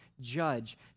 judge